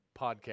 podcast